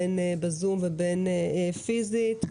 בין בזום ובין פיסית.